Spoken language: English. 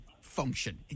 function